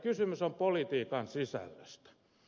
kysymys on politiikan sisällöstä